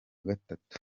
gatatu